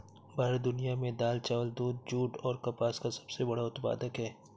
भारत दुनिया में दाल, चावल, दूध, जूट और कपास का सबसे बड़ा उत्पादक है